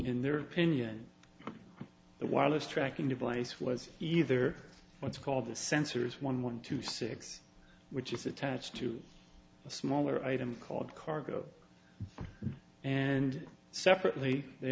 in their opinion the wireless tracking device was either what's called the sensors one one two six which is attached to a smaller item called cargo and separately they